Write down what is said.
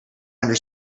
under